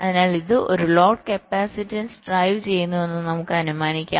അതിനാൽ ഇത് ഒരു ലോഡ് കപ്പാസിറ്റൻസ് ഡ്രൈവ് ചെയ്യുന്നുവെന്ന് നമുക്ക് അനുമാനിക്കാം